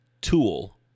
tool